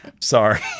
sorry